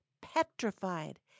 petrified